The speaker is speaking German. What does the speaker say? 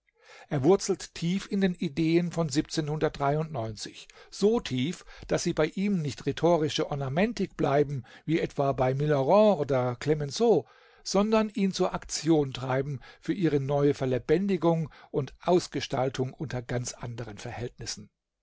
er wurzelt tief in den ideen von so tief daß sie bei ihm nicht rhetorische ornamentik bleiben wie etwa bei millerand oder clemenceau sondern ihn zur aktion treiben für ihre neue verlebendigung und ausgestaltung unter ganz anderen verhältnissen